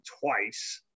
twice